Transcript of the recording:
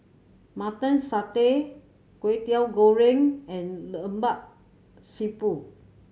Mutton Satay Kwetiau Goreng and Lemak Siput